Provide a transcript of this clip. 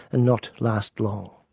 and not last long.